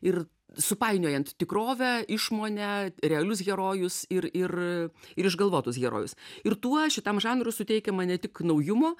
ir su painiojant tikrovę išmonę realius herojus ir ir ir išgalvotus herojus ir tuo šitam žanrui suteikiama ne tik naujumo